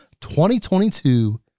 2022